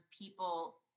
people